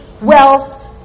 wealth